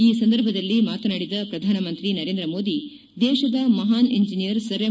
ಈ ಸಂದರ್ಭದಲ್ಲಿ ಮಾತನಾಡಿದ ಪ್ರಧಾನಮಂತ್ರಿ ನರೇಂದ್ರ ಮೋದಿ ದೇಶದ ಮಹಾನ್ ಇಂಜನಿಯರ್ ಸರ್ ಎಂ